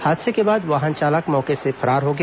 हादसे के बाद वाहन चालक मौके से फरार हो गया